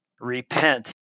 repent